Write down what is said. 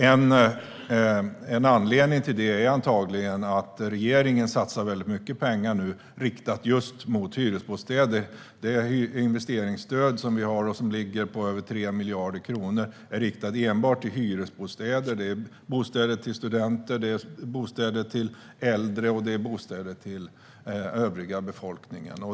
En anledning till detta är antagligen att regeringen satsar mycket pengar på just hyresbostäder. Vårt investeringsstöd på över 3 miljarder kronor är riktat enbart till hyresbostäder. Det är bostäder till studenter och äldre men också till övrig befolkning.